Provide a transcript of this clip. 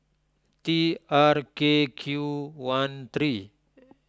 T R K Q one three